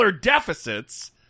deficits